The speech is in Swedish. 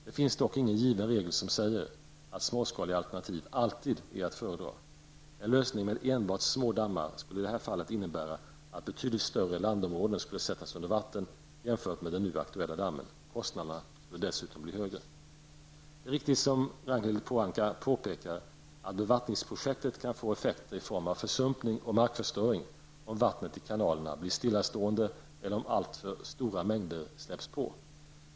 Det finns dock ingen given regel som säger att småskaliga alternativ alltid är att föredra. En lösning med enbart små dammar skulle i det här fallet innebära att betydligt större landområden sättes under vatten jämfört med den nu aktuella dammen. Kostnaderna skulle dessutom bli höga. Det är riktigt, som Ragnhild Pohanka påpekar, att bevattningsprojekt kan få effekter i form av försumpning och marknadsförstöring om vattnet i kanalerna blir stillastående eller om alltför stora mängder släpps på.